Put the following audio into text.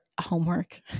homework